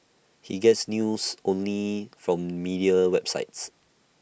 he gets news only from media websites